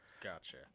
Gotcha